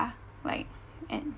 like and